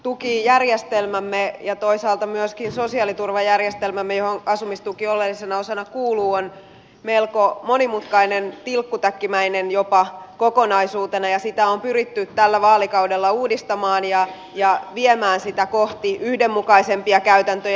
asumistukijärjestelmämme ja toisaalta myöskin sosiaaliturvajärjestelmämme johon asumistuki oleellisena osana kuuluu on melko monimutkainen tilkkutäkkimäinen jopa kokonaisuutena ja sitä on pyritty tällä vaalikaudella uudistamaan ja viemään sitä kohti yhdenmukaisempia käytäntöjä